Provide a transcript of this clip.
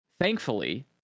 thankfully